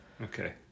okay